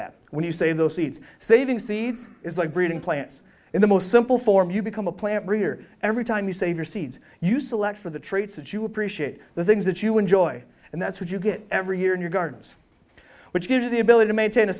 that when you say those seeds saving seeds is like breeding plants in the most simple form you become a plant breeder every time you save your seeds you select for the traits that you appreciate the things that you enjoy and that's what you get every year in your gardens which gives you the ability to maintain a